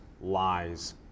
lies